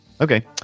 okay